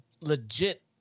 legit